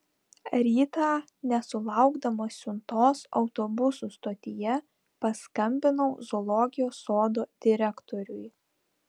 rytą nesulaukdamas siuntos autobusų stotyje paskambinau zoologijos sodo direktoriui